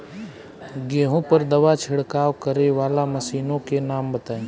गेहूँ पर दवा छिड़काव करेवाला मशीनों के नाम बताई?